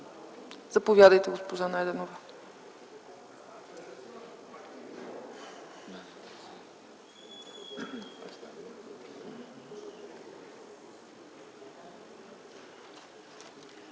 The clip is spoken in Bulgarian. Заповядайте, госпожо Найденова.